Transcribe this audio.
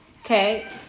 Okay